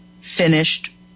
finished